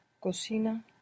cocina